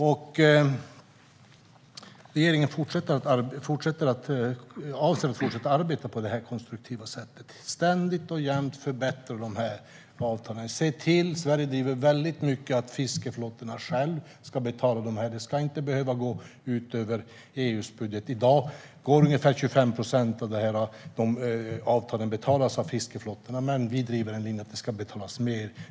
Regeringen avser att fortsätta arbeta på det här konstruktiva sättet och ständigt och jämt förbättra avtalen. Sverige driver väldigt mycket att fiskeflottorna själva ska betala. Det ska inte behöva gå ut över EU:s budget. I dag betalas ungefär 25 procent av fiskeflottorna, men vi driver en linje att de ska betala mer.